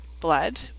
blood